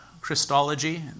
Christology